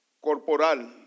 corporal